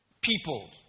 people